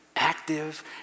active